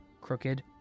crooked